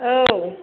औ